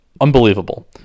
Unbelievable